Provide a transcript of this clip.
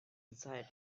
inside